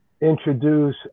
introduce